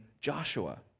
Joshua